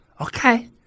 Okay